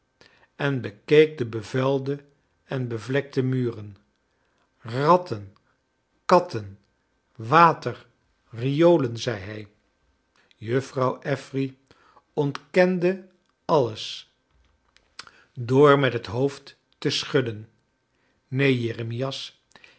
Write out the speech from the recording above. en bekeek de bevuilde en bevlekte muren ratten katten water riolen zei hij juffrouw affery ontkende alles door met het hoofd te schudden